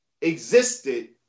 existed